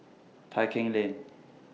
Tai Keng Lane